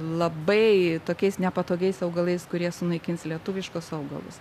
labai tokiais nepatogiais augalais kurie sunaikins lietuviškus augalus